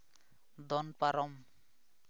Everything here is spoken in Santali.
ᱫᱚᱱ ᱯᱟᱨᱚᱢ